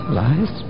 lies